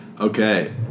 Okay